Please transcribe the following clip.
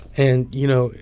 and, you know,